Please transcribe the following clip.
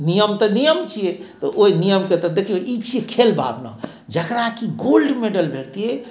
नियम तऽ नियम छियै तऽ ओहि नियमके तऽ देखियौ ई छियै खेल भावना जकरा की गोल्ड मैडल भेटतियै